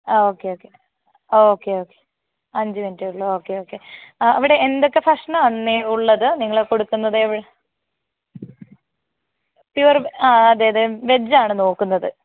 ആ okay okay okay okay അഞ്ച് മിനിറ്റേ ഉള്ളൂ ഓക്കെ ഓക്കെ അവിടെ എന്തൊക്കെ ഭക്ഷണം ആണെന്നേ ഉള്ളത് നിങ്ങൾ കൊടുക്കുന്നത് വ് പ്യുവർ വെ ആ അതെ അതെ വെജ് ആണ് നോക്കുന്നത്